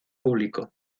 público